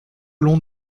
long